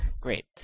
Great